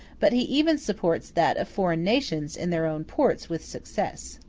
but he even supports that of foreign nations in their own ports with success.